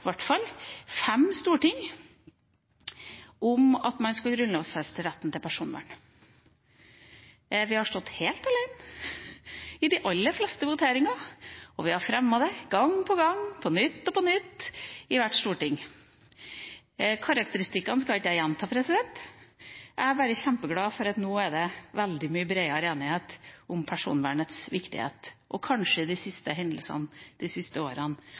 hvert fall fem storting, når vi har foreslått at man burde grunnlovfeste retten til personvern. Vi har stått helt alene i de aller fleste voteringene. Vi har fremmet forslag om dette gang på gang, på nytt og på nytt, i hvert storting. Karakteristikkene skal ikke jeg gjenta. Jeg er bare kjempeglad for at det nå er bred enighet om personvernets viktighet. Kanskje hendelsene de siste årene